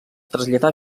traslladà